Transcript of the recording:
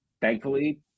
thankfully